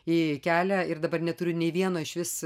į kelią ir dabar neturiu nei vieno išvis